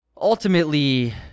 ultimately